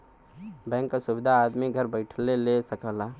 bank क सुविधा आदमी घर बैइठले ले सकला